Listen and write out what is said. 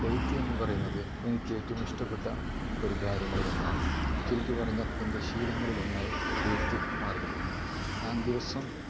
എഴുത്ത് എന്ന് പറയുന്നത് എനിക്കേറ്റവും ഇഷ്ടപെട്ട ഒരു കാര്യങ്ങളിൽ ഒന്നാണ് ശരിക്ക് പറഞ്ഞാൽ എൻ്റെ ശീലങ്ങളിൽ ഒന്നായി എഴുത്ത് മാറിയിരിക്കുന്നു ഞാൻ ദിവസവും